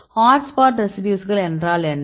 hotspot ரெசிடியூஸ்கள் என்றால் என்ன